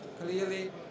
clearly